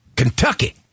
Kentucky